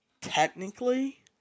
technically